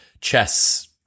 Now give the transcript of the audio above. chess